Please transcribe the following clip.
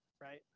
right